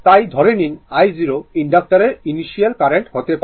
তাই ধরে নিন i0 ইন্ডাক্টরের ইনিশিয়াল কারেন্ট হতে হবে